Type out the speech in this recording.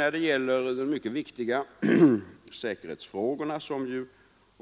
När det gäller de mycket viktiga säkerhetsfrågorna, som